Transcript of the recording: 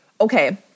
Okay